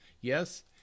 Yes